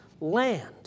land